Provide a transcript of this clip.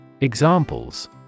Examples